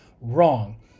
wrong